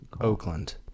Oakland